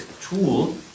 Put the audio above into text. tool